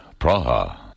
Praha